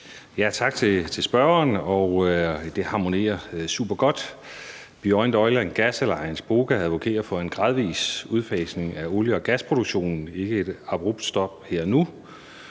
Tak til spørgeren. Svaret er, at det harmonerer supergodt. Beyond Oil & Gas Alliance, BOGA, advokerer for en gradvis udfasning af olie- og gasproduktionen, ikke for et abrupt stop her og nu.